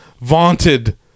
vaunted